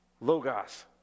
logos